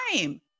time